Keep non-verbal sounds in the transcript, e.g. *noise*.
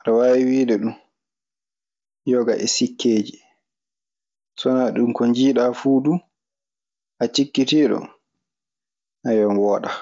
aɗe waawi wiide ɗun yoga e sikkeji. So wanaa ɗun, ko njiiɗaa fuu du a cikkitiiɗo, *hesitation* ɗun wooɗaa.